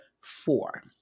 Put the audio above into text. four